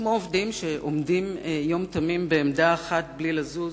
כמו עובדים שעומדים יום תמים בעמדה אחת בלי לזוז,